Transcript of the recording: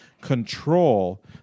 control